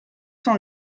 cent